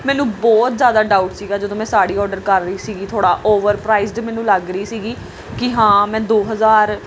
ਮੈਨੂੰ ਬਹੁਤ ਜ਼ਿਆਦਾ ਡਾਊਟ ਸੀਗਾ ਜਦੋਂ ਮੈਂ ਸਾੜੀ ਔਡਰ ਕਰ ਰਹੀ ਸੀਗੀ ਥੋੜ੍ਹਾ ਓਵਰ ਪ੍ਰਾਈਜਡ ਅਤੇ ਮੈਨੂੰ ਲੱਗ ਰਹੀ ਸੀਗੀ ਕਿ ਹਾਂ ਮੈਂ ਦੋ ਹਜ਼ਾਰ